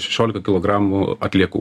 šešiolika kilogramų atliekų